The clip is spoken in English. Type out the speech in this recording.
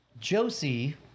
Josie